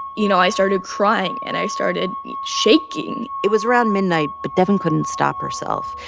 you know, i started crying, and i started shaking it was around midnight, but devyn couldn't stop herself.